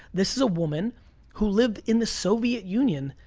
this is a woman who lived in the soviet union,